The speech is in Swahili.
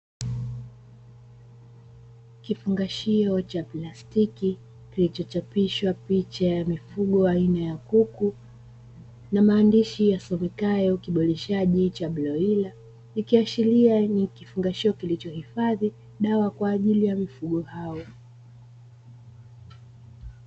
Kifungashio cha plastiki kilichochapishwa picha ya mifugo aina ya kuku na maandishi yasomekayo kiboreshaji cha bloira, ikiashiria ni kifungashio kilichohifadhi dawa kwa ajili ya mifugo hao.